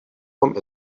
vom